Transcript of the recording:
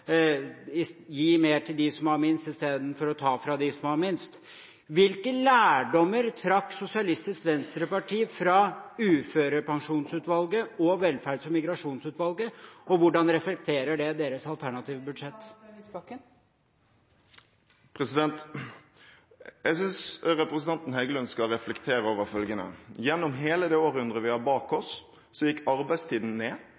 Gi mer til dem som har minst, istedenfor å ta fra dem som har minst! Hvilke lærdommer trakk Sosialistisk Venstreparti fra Uførepensjonsutvalget og Velferds- og migrasjonsutvalget, og hvordan reflekteres det i deres alternative budsjett? Jeg synes representanten Heggelund skal reflektere over følgende: Gjennom hele det århundret vi har bak oss, gikk arbeidstiden ned,